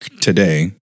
today